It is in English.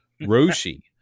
Roshi